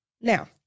Now